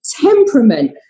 temperament